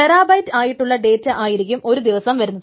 terabyte ആയിട്ടുള്ള data ആയിരിക്കും ഒരു ദിവസം വരുന്നത്